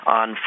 on